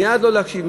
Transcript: מייד לא להקשיב,